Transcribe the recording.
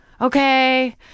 okay